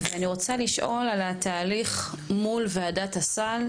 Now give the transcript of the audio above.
אני רוצה לשאול על ההליך מול ועדת הסל.